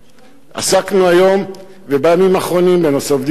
עסקנו היום ובימים האחרונים בנושא עובדים סוציאליים,